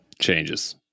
changes